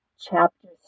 chapter